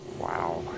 Wow